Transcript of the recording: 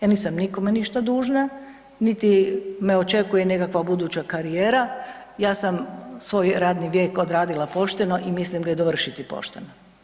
Ja nisam nikome ništa dužna niti me očekuje nekakva buduća karijera, ja sam svoj radni vijek odradila pošteno i mislim ga dovršiti pošteno.